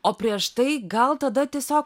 o prieš tai gal tada tiesiog